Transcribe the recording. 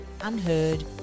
unheard